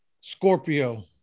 Scorpio